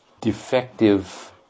defective